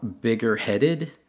bigger-headed